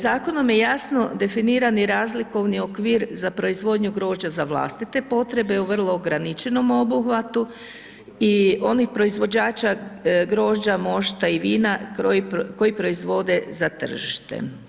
Zakonom je jasno definirani razlikovni okvir za proizvodnju grožđa za vlastite potrebe u vrlo ograničenom obuhvatu i onih proizvođača grožđa, mošta i vina koji proizvode za tržište.